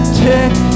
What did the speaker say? tick